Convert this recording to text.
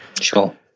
Sure